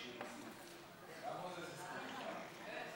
אדוני היושב-ראש, חברות וחברי הכנסת, אז בעצם